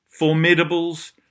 formidables